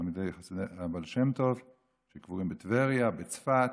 תלמידי חסידי הבעל שם טוב שקבורים בטבריה ובצפת.